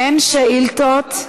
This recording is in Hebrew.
אין שאילתות.